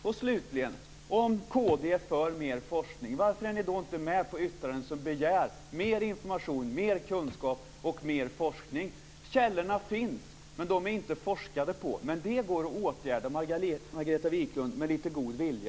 Om kd är för mer forskning undrar jag varför ni inte är med på yttranden där man begär mer information, mer kunskap och mer forskning. Källorna finns, men det har inte forskats kring dem. Det går att åtgärda, Margareta Viklund, med lite god vilja.